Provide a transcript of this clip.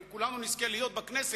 אם כולנו נזכה להיות בכנסת,